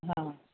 हा